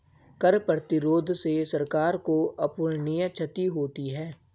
कर प्रतिरोध से सरकार को अपूरणीय क्षति होती है